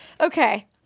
Okay